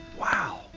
Wow